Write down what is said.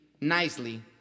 nicely